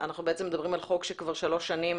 אנחנו מדברים על חוק שכבר שלוש שנים